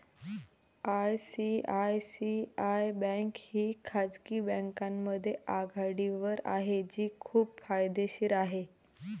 ICICI bank ही खाजगी बँकांमध्ये आघाडीवर आहे जी खूप फायदेशीर आहे